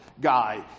guy